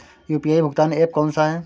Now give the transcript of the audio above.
UPI भुगतान app कौन सा है?